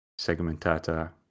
Segmentata